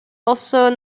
also